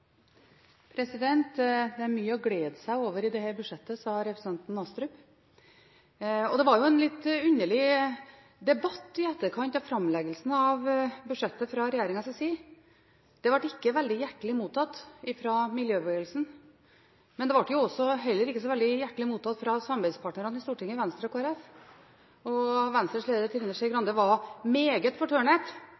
budsjettet, sa representanten Astrup. Det var jo en litt underlig debatt i etterkant av framleggelsen av budsjettet fra regjeringens side. Det ble ikke veldig hjertelig mottatt fra miljøbevegelsen. Det ble heller ikke så veldig hjertelig mottatt fra samarbeidspartnerne i Stortinget, Venstre og Kristelig Folkeparti. Venstres leder, Trine Skei